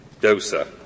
DOSA